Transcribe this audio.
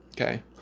Okay